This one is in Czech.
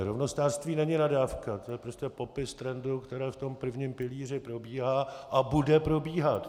Rovnostářství není nadávka, to je prostě popis trendu, který v tom prvním pilíři probíhá a bude probíhat.